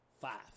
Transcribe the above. five